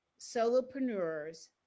solopreneurs